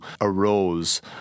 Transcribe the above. arose